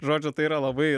žodžiu tai yra labai